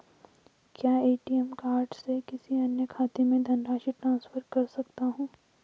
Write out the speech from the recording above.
क्या ATM card से किसी अन्य खाते में धनराशि ट्रांसफर कर सकता हूँ?